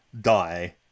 die